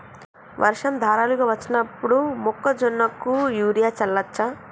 వర్షం ధారలుగా వచ్చినప్పుడు మొక్కజొన్న కు యూరియా చల్లచ్చా?